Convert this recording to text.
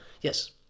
Yes